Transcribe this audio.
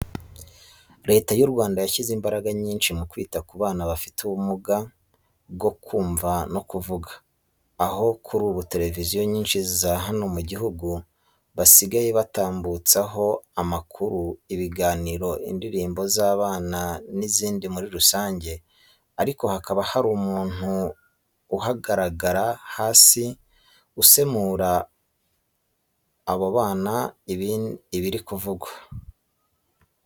Leta y'u Rwanda yashyize imbaraga nyinshi mu kwita ku bantu bafite ubumuga bwo kumva no kuvuga, aho kuri ubu televiziyo nyinshi za hano mu gihugu basigaye batambutsaho amakuru, ibiganiro, indirimbo z'abana n'izindi muri rusange ariko hakaba hari umuntu ahagana hasi usemurira abo bantu ibiri kuvugwa.